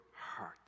heart